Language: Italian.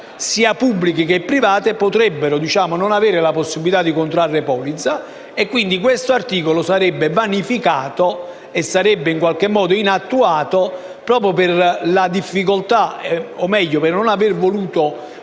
sia pubbliche che private potrebbero non avere la possibilità di contrarre alcuna polizza, quindi questo articolo sarebbe vanificato e resterebbe inattuato proprio per la difficoltà, o meglio per la mancata volontà